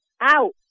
out